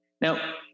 Now